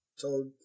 told